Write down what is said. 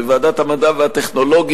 בוועדת המדע והטכנולוגיה,